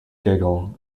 giggle